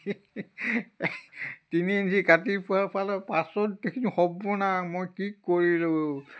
তিনি ইঞ্চি কাটি পোৱা পালে পাছত দেখিছোঁ সৰ্বনাশ মই কি কৰিলোঁ